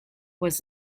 was